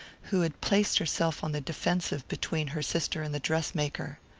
who had placed herself on the defensive between her sister and the dress-maker.